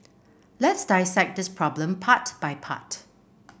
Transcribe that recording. let's dissect this problem part by part